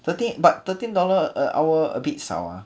thirteen but thirteen dollar a hour a bit 少啊